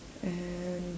and